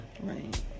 right